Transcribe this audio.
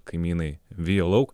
kaimynai vijo lauk